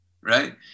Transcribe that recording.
right